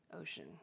ocean